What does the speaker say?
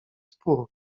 spór